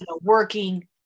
working